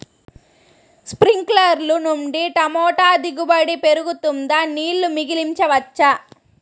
స్ప్రింక్లర్లు నుండి టమోటా దిగుబడి పెరుగుతుందా? నీళ్లు మిగిలించవచ్చా?